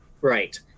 Right